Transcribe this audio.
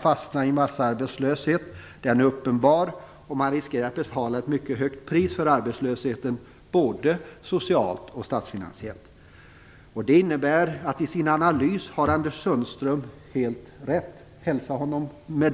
fastnar i massarbetslöshet är uppenbar och att vi riskerar att få betala ett mycket högt pris för arbetslösheten, både socialt och statsfinansiellt. Detta innebär att Anders Sundström har helt rätt i sin analys - hälsa honom det!